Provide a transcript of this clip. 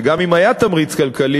וגם אם היה תמריץ כלכלי,